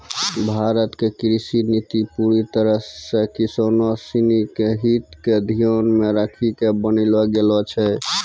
भारत के कृषि नीति पूरी तरह सॅ किसानों सिनि के हित क ध्यान मॅ रखी क बनैलो गेलो छै